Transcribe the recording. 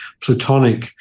platonic